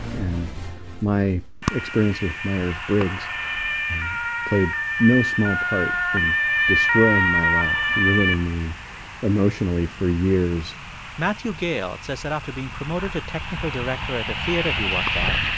and my experience with myers-briggs played no small part in destroying my life, ruining me emotionally for years matthew gale says that after being promoted to technical director at a theater he worked that,